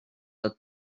that